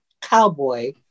Cowboy